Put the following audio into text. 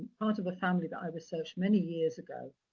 part of a family that i researched many years ago.